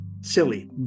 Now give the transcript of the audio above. Silly